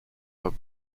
leurs